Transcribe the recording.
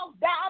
down